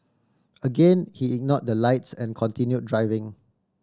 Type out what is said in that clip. again he ignored the lights and continued driving